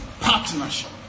partnership